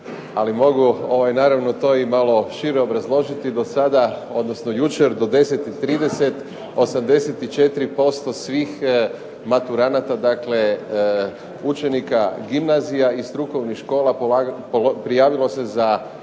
Ali mogu naravno to i malo šire obrazložiti. Do sada, odnosno jučer do 10,30 84% svih maturanata, dakle učenika gimnazija i strukovnih škola prijavilo se za